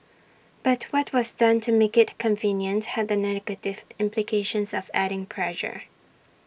but what was done to make IT convenient had the negative implications of adding pressure